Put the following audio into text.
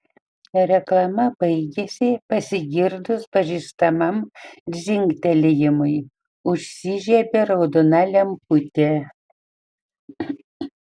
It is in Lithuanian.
reklama baigėsi pasigirdus pažįstamam dzingtelėjimui užsižiebė raudona lemputė